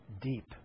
deep